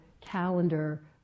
calendar